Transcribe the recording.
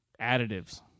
additives